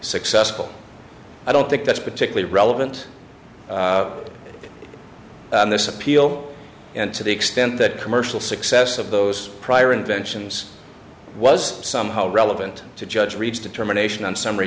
successful i don't think that's particularly relevant this appeal and to the extent that commercial success of those prior inventions was somehow relevant to judge reached determination on s